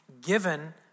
given